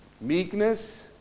Meekness